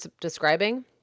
describing